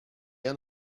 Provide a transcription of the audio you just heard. end